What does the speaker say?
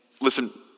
listen